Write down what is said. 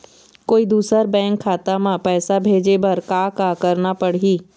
कोई दूसर बैंक खाता म पैसा भेजे बर का का करना पड़ही?